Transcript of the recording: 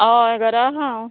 हय घरा हां हांव